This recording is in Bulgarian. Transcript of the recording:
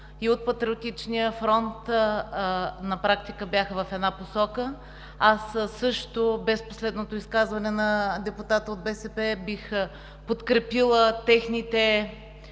и от Патриотичния фронт на практика бяха в една посока. Аз също, без последното изказване на депутата от БСП, бих подкрепила техните